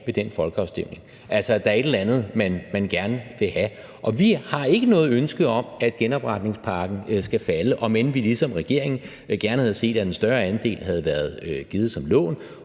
ved den folkeafstemning, altså, der er et eller andet, man gerne vil have. Vi har ikke noget ønske om, at genopretningspakken skal falde, om end vi ligesom regeringen gerne havde set, at en større andel havde været givet som lån